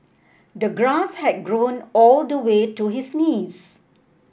the grass had grown all the way to his knees